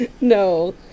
no